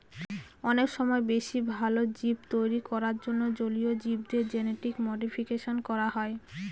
অনেক সময় বেশি ভালো জীব তৈরী করার জন্য জলীয় জীবদের জেনেটিক মডিফিকেশন করা হয়